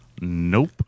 Nope